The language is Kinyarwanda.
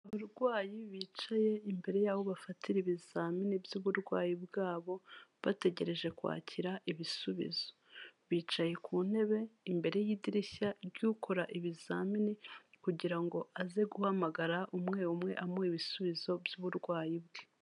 Abarwayi bicaye imbere y'aho bafatira ibizamini by'uburwayi bwabo bategereje kwakira ibisubizo, bicaye ku ntebe imbere y'idirishya ry'ukora ibizamini kugira ngo aze guhamagara umwe umwe amuha ibisubizo by'uburwayi bwe.